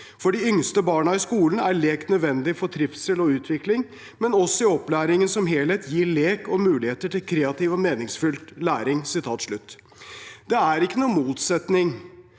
«For de yngste barna i skolen er lek nødvendig for trivsel og utvikling, men også i opplæringen som helhet gir lek?mulighet til kreativ og meningsfull læring.»